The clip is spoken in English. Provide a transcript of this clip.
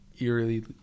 eerily